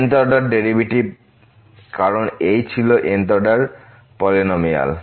n th order derivative কারণ এইছিল n th order polynomial